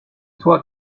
toi